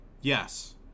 Yes